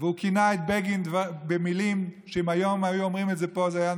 וכינה את בגין במילים שאם היום היו אומרים את זה פה זה היה